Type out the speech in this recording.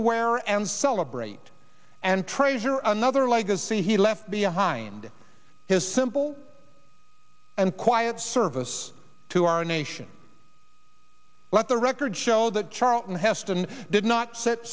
aware and celebrate and trace here another legacy he left behind his simple and quiet service to our nation let the record show that charlton heston did not s